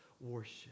worship